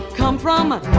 come from ah